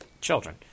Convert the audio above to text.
children